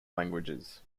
languages